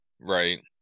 right